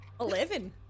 Eleven